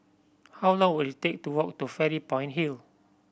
how long will it take to walk to Fairy Point Hill